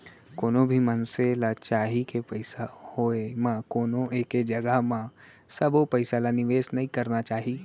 कोनो भी मनसे ल चाही के पइसा होय म कोनो एके जघा म सबो पइसा ल निवेस नइ करना चाही